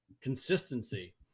consistency